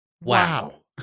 Wow